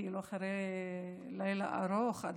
אחרי לילה ארוך אתמול,